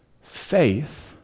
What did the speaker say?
Faith